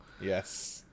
Yes